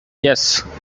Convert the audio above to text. yes